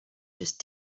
just